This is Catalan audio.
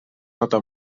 nota